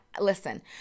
listen